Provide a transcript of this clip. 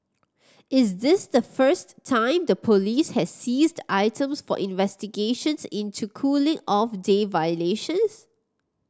is this the first time the police has seized items for investigations into cooling off day violations